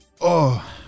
Oh